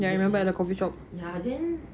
ya I remember at the coffeeshop